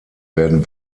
werden